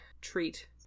treat